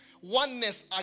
oneness